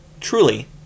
truly